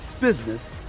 business